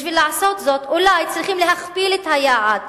בשביל לעשות זאת אולי צריך להכפיל את היעד,